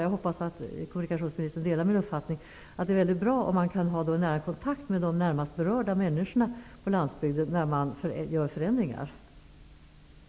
Jag hoppas att kommunikationsministern delar min uppfattning att det vore mycket bra om man kunde ha en nära kontakt med de närmast berörda människorna på landsbygden när förändringar genomförs.